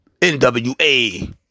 nwa